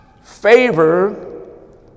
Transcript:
Favor